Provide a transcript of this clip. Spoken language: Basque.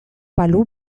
balu